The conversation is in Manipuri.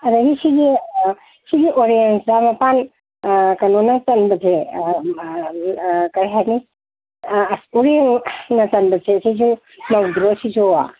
ꯑꯗꯒꯤ ꯁꯤꯒꯤ ꯁꯤꯒꯤ ꯑꯣꯔꯦꯟꯁꯇ ꯃꯄꯥꯟ ꯀꯩꯅꯣꯅ ꯆꯟꯕꯁꯦ ꯀꯩ ꯍꯥꯏꯅꯤ ꯑꯁ ꯆꯟꯕꯁꯦ ꯁꯤꯁꯨ ꯅꯧꯗ꯭ꯔꯣ ꯁꯤꯁꯨ